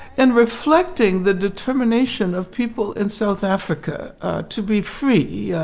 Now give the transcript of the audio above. and reflecting the determination of people in south africa to be free.